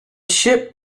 ship